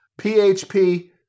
PHP